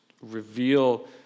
reveal